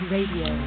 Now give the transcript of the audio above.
Radio